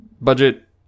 budget